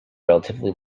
relatively